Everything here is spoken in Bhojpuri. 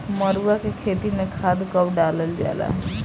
मरुआ के खेती में खाद कब डालल जाला?